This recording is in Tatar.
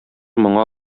моңа